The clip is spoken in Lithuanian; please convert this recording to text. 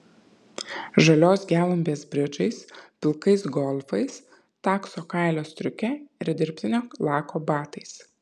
žalios gelumbės bridžais pilkais golfais takso kailio striuke ir dirbtinio lako batais